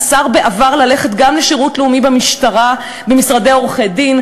אסר בעבר גם ללכת לשירות לאומי במשרדי עורכי-דין,